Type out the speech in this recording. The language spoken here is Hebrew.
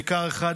בעיקר אחד,